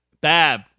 Bab